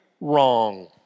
wrong